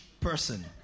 person